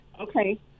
Okay